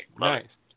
Nice